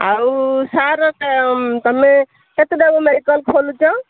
ଆଉ ସାର୍ ତମେ କେତେଟାରୁ ମେଡ଼ିକାଲ୍ ଖୋଲୁଛ